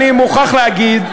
אני מוכרח להגיד,